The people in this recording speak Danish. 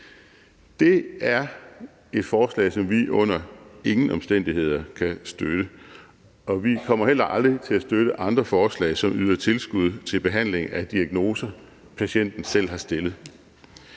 Det er et forslag, som vi under ingen omstændigheder kan støtte, og vi kommer heller aldrig til at støtte andre forslag, som yder tilskud til behandling af diagnoser, patienten selv har stillet.